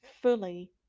fully